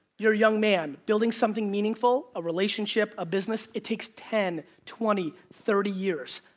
you're a young man. building something meaningful, a relationship, a business, it takes ten, twenty, thirty years.